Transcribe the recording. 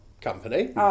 company